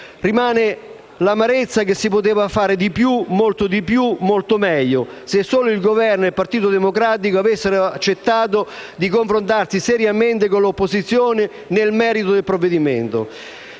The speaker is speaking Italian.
Rimane l'amarezza che si poteva fare di più, molto di più e meglio, se solo il Governo e il Partito Democratico avessero accettato di confrontarsi seriamente con le opposizioni nel merito del provvedimento.